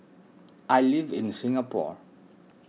I live in Singapore